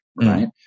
right